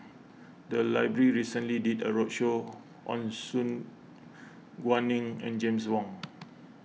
the library recently did a roadshow on Su Guaning and James Wong